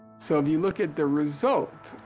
so if you look at the result,